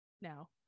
now